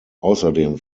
außerdem